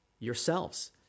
yourselves